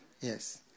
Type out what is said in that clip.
Yes